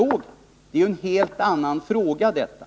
Detta är ju en helt annan sak.